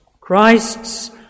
Christ's